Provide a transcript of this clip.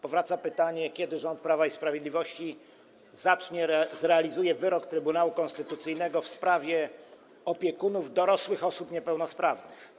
Powraca pytanie, kiedy rząd Prawa i Sprawiedliwości zrealizuje wyrok Trybunału Konstytucyjnego w sprawie opiekunów dorosłych osób niepełnosprawnych.